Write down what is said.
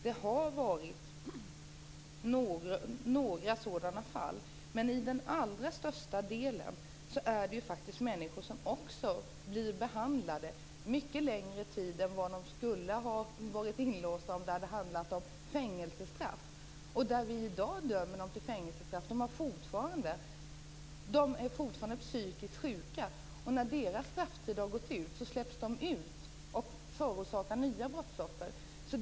Det har förekommit några sådana fall, men till allra största delen har människor faktiskt blivit behandlade mycket längre tid än de skulle ha varit inlåsta om det hade handlat om fängelsestraff. I dag dömer vi dessa människor till fängelsestraff. Men de är fortfarande psykiskt sjuka, och när deras strafftid har gått ut släpps de ut och förorsakar nya brottsoffer.